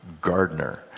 gardener